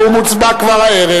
ואנחנו נצביע עליו כבר הערב.